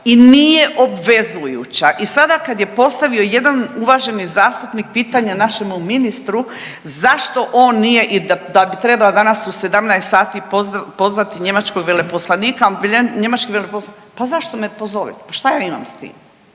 i nije obvezujuća i sada kad je postavio jedan uvaženi zastupnik pitanje našemu ministru zašto on nije i da bi trebala danas u 17 sati pozvati njemačkog veleposlanika, njemački veleposlanik, pa zašto